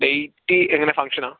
date എങ്ങനെ ഫംഗ്ഷനോ